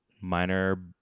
Minor